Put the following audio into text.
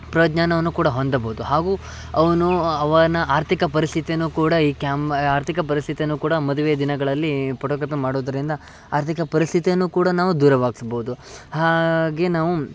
ಪ್ರಜ್ಞಾನವನ್ನೂ ಕೂಡ ಹೊಂದಬೋದು ಹಾಗೂ ಅವನು ಅವನ ಆರ್ಥಿಕ ಪರಿಸ್ಥಿತಿಯನ್ನೂ ಕೂಡ ಈ ಕ್ಯಾಮ ಆರ್ಥಿಕ ಪರಿಸ್ಥಿತಿಯನ್ನೂ ಕೂಡ ಮದುವೆ ದಿನಗಳಲ್ಲಿ ಪೋಟೊಗ್ರಪಿ ಮಾಡೋದ್ರಿಂದ ಆರ್ಥಿಕ ಪರಿಸ್ಥಿತಿಯನ್ನೂ ಕೂಡ ನಾವು ದೂರವಾಗಿಸ್ಬೋದು ಹಾಗೆ ನಾವು